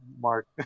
Mark